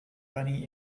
bunny